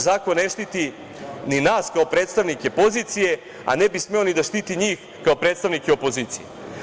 Zakon ne štiti ni nas kao predstavnike pozicije, a ne bi smeo ni da štiti njih kao predstavnike opozicije.